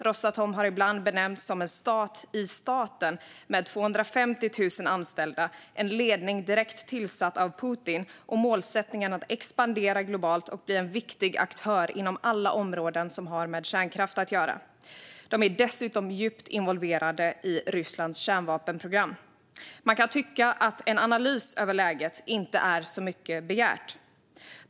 Rosatom har ibland benämnts som en stat i staten med 250 000 anställda, en ledning direkt tillsatt av Putin och målsättningen att expandera globalt och bli en viktig aktör inom alla områden som har med kärnkraft att göra. De är dessutom djupt involverade i Rysslands kärnvapenprogram. Man kan tycka att en analys av läget inte är så mycket begärt.